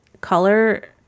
color